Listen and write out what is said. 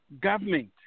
government